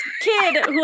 kid